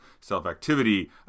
self-activity